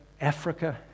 Africa